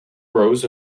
grows